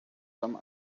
some